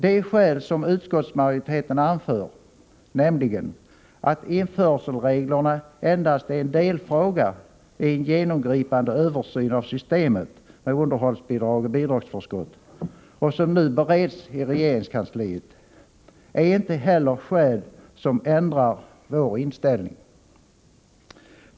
Det skäl som utskottsmajoriteten anför, nämligen att införselreglerna endast är en delfråga i en genomgripande översyn av systemet med underhållsbidrag och bidragsförskott som nu bereds i regeringskansliet, ändrar inte heller vår inställning.